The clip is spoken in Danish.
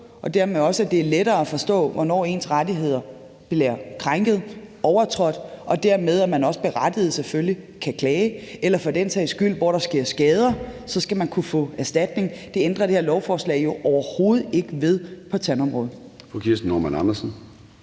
det dermed også er lettere at forstå, hvornår ens rettigheder bliver krænket, overtrådt, og man dermed selvfølgelig også berettiget kan klage, eller man for den sags skyld, hvis der sker skader, så skal kunne få erstatning. Det ændrer det her lovforslag jo overhovedet ikke ved på tandområdet.